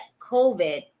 COVID